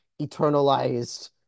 eternalized